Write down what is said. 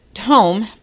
home